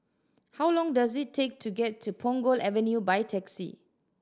how long does it take to get to Punggol Avenue by taxi